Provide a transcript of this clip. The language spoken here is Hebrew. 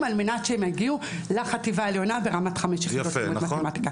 על מנת שהם יגיעו לחטיבה העליונה ברמת חמש יחידות במתמטיקה.